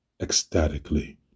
ecstatically